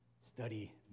study